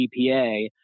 GPA